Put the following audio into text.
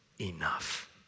enough